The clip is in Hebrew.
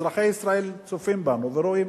אזרחי ישראל צופים בנו ורואים,